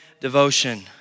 devotion